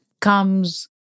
comes